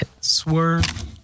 Swerve